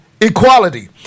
equality